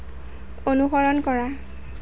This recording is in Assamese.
অনুসৰণ কৰা